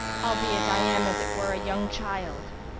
albeit i am as it were a young child.